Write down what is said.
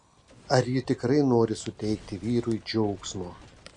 ar ji tikrai nori suteikti vyrui džiaugsmo